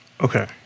Okay